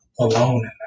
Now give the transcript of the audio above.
alone